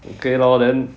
okay lor then